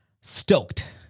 stoked